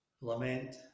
Lament